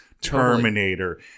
Terminator